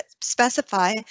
specify